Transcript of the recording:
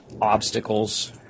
obstacles